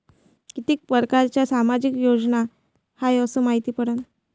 कितीक परकारच्या सामाजिक योजना हाय कस मायती पडन?